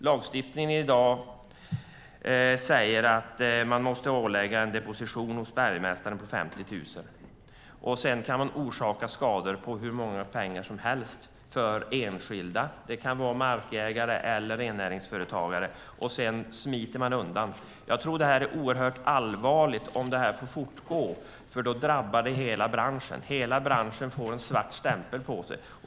Lagstiftningen i dag säger att man måste avlägga en disposition hos bergmästaren på 50 000. Sedan kan man orsaka skador för enskilda för hur många pengar som helst. Det kan vara markägare eller rennäringsföretagare. Sedan smiter man undan. Det är oerhört allvarligt om detta får fortgå. Det drabbar hela branschen. Hela branschen får en svart stämpel på sig.